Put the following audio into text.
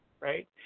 right